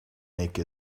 make